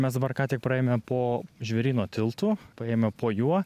mes dabar ką tik praėjome po žvėryno tiltu paėjome po juo